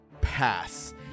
pass